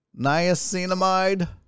Niacinamide